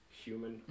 human